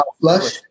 flush